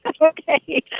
Okay